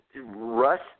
Russ